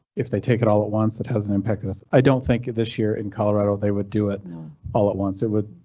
if they take it all at once, it hasn't impacted us. i don't think this year in colorado they would do it all at once. it would,